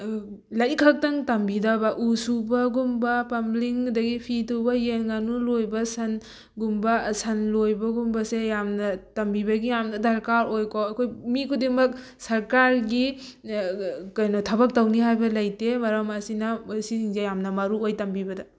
ꯂꯥꯏꯔꯤꯛ ꯈꯛꯇꯪ ꯇꯝꯕꯤꯗꯕ ꯎ ꯁꯨꯕꯒꯨꯝꯕ ꯄ꯭ꯂꯝꯕꯤꯡ ꯑꯗꯩ ꯐꯤ ꯇꯨꯕ ꯌꯦꯟ ꯉꯥꯅꯨ ꯂꯣꯏꯕ ꯁꯟꯒꯨꯝꯕ ꯁꯟ ꯂꯣꯏꯕꯒꯨꯝꯕꯁꯦ ꯌꯥꯝꯅ ꯇꯝꯕꯤꯕꯒꯤ ꯌꯥꯝꯅ ꯗꯔꯀꯥꯥꯔ ꯑꯣꯏꯀꯣ ꯑꯩꯈꯣꯏ ꯃꯤ ꯈꯨꯗꯤꯡꯃꯛ ꯁꯔꯀꯥꯔꯒꯤ ꯀꯩꯅꯣ ꯊꯕꯛ ꯇꯧꯅꯤ ꯍꯥꯏꯕ ꯂꯩꯇꯦ ꯃꯔꯝ ꯑꯁꯤꯅ ꯃꯣꯏ ꯁꯤꯁꯤꯡꯁꯦ ꯌꯥꯝꯅ ꯃꯔꯨꯑꯣꯏ ꯇꯝꯕꯤꯕꯗ